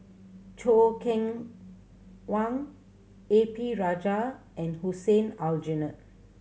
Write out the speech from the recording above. Choo Keng Kwang A P Rajah and Hussein Aljunied